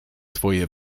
twoje